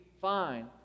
fine